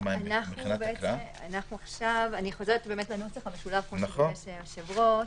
אני חוזרת לנוסח המשולב, כמו שביקש היושב-ראש.